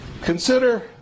Consider